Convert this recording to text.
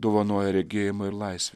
dovanoja regėjimą ir laisvę